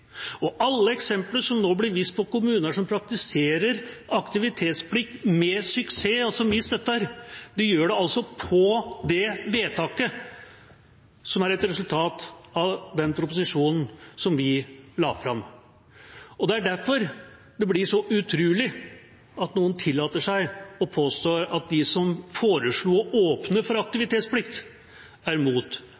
Og alle eksempler som nå kommer fra kommuner som praktiserer aktivitetsplikt med suksess, og som vi støtter, er altså i henhold til det vedtaket, som er et resultat av proposisjonen vi la fram. Det er derfor det blir så utrolig at noen tillater seg å påstå at de som foreslo å åpne for